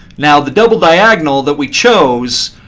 now the double diagonal that we chose